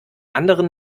anderen